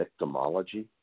victimology